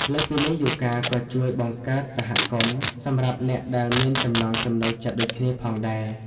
លើសពីនេះ យូហ្គាក៏ជួយ បង្កើតសហគមន៍ សម្រាប់អ្នកដែលមានចំណង់ចំណូលចិត្តដូចគ្នាផងដែរ។